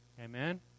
Amen